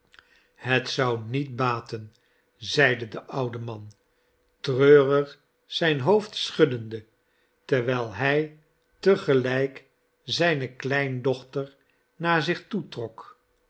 het zou niet baten zeide de oude man treurig zijn hoofd schuddende terwijl hij te gelijk zijne kleindochter naar zich toe